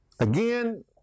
Again